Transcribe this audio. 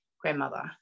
grandmother